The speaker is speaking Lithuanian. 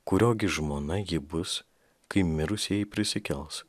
kurio gi žmona ji bus kai mirusieji prisikels